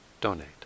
donate